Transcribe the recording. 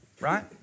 right